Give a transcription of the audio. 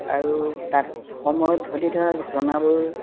আৰু তাত সময়ত ঘটি থকা ঘটনাবোৰ